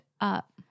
up